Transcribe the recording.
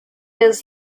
has